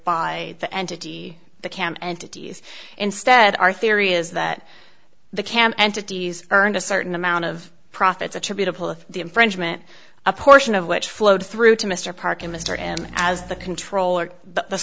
by the entity the camp entities instead our theory is that the cam entities earned a certain amount of profits attributable to the infringement a portion of which flowed through to mr parker mr m as the controller the